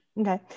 Okay